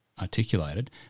articulated